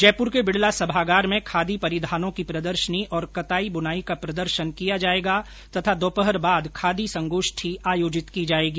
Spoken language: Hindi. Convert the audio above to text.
जयपुर के बिडला सभागार में खादी परिधानों की प्रदर्शनी और कताई बुनाई का प्रदर्शन किया जायेगा तथा दोपहर बाद खादी संगोष्ठी आयोजित की जायेगी